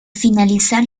finalizar